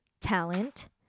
talent